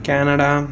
Canada